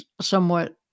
somewhat